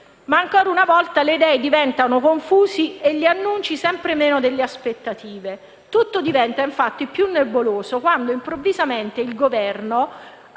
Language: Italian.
Ancora una volta, però le idee sono confuse e gli annunci sempre meno delle aspettative. Tutto diventa più nebuloso quando improvvisamente il Governo